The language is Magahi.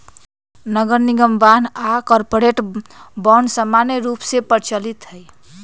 नगरनिगम बान्ह आऽ कॉरपोरेट बॉन्ड समान्य रूप से प्रचलित हइ